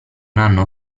hanno